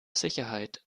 sicherheit